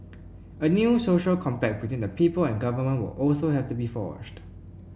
a new social compact between the people and the government will also have to be forged